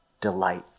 delight